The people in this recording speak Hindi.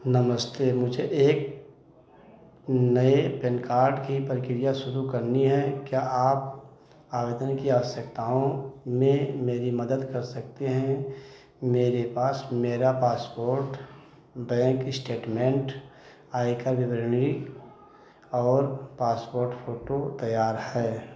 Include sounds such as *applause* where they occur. नमस्ते मुझे एक नए पैन कार्ड की प्रक्रिया शुरू करनी हैं क्या आप आवेदन की आवश्यकताओं में मेरी मदद कर सकते हैं मेरे पास मेरा पासपोर्ट बैंक इस्टैट्मन्ट आय का *unintelligible* और पासपोर्ट फोटो तैयार है